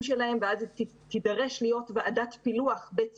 שלהם ואז תידרש להיות ועדת פילוח בית ספרית.